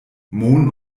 mohn